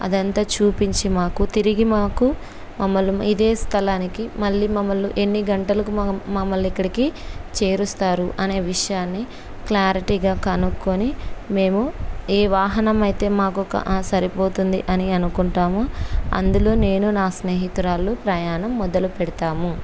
అదంతా చూపించి మాకు తిరిగి మాకు మమ్మల్ని ఇదే స్థలానికి మళ్ళీ మమ్మలిని ఎన్ని గంటలకు మమ్మల్ని ఇక్కడికి చేరుస్తారు అనే విషయాన్ని క్లారిటీగా కనుక్కొని మేము ఏ వాహనం అయితే మాకు సరిపోతుంది అని అనుకుంటాము అందులో నేను నా స్నేహితురాలు ప్రయాణం మొదలు పెడతాము